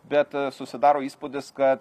bet susidaro įspūdis kad